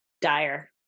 dire